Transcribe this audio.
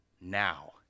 Now